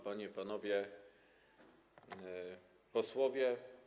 Panie i Panowie Posłowie!